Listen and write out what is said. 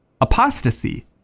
apostasy